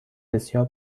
بسیار